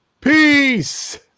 peace